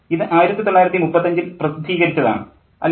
ഇത് 1935 ൽ പ്രസിദ്ധീകരിച്ചതാണ് അല്ലേ